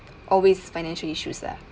always financial issues uh